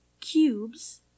cubes